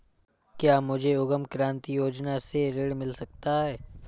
क्या मुझे उद्यम क्रांति योजना से ऋण मिल सकता है?